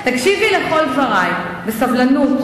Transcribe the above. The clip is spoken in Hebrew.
תקשיבי לכל דברי בסבלנות,